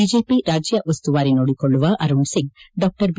BJP ರಾಜ್ಯ ಉಸ್ತುವಾರಿ ನೋಡಿಕೊಳ್ಳುವ ಅರುಣ್ ಸಿಂಗ್ ಡಾ ಬಿ